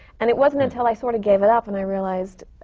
and it wasn't until i sort of gave it up and i realized,